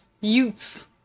Youths